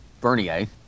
Bernier